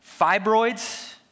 fibroids